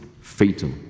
fatal